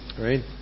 right